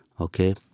okay